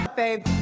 babe